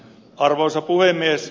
arvoisa puhemies